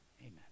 Amen